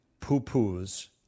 poo-poo's